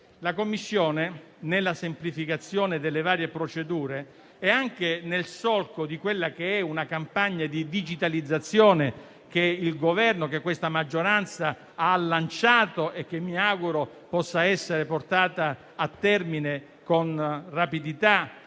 Signor Presidente, nella semplificazione delle varie procedure e anche nel solco di una campagna di digitalizzazione che il Governo e questa maggioranza hanno lanciato (che mi auguro sia portata a termine con rapidità,